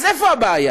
אז מה הבעיה?